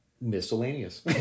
miscellaneous